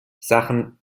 sachen